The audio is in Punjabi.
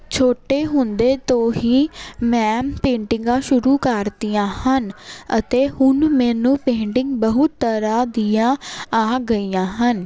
ਛੋਟੇ ਹੁੰਦੇ ਤੋਂ ਹੀ ਮੈਂ ਪੇਂਟਿੰਗਾਂ ਸ਼ੁਰੂ ਕਰ ਤੀਆਂ ਹਨ ਅਤੇ ਹੁਣ ਮੈਨੂੰ ਪੇਂਟਿੰਗ ਬਹੁਤ ਤਰ੍ਹਾਂ ਦੀਆਂ ਆ ਗਈਆਂ ਹਨ